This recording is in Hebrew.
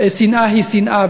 שנאה היא שנאה,